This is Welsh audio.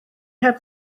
heb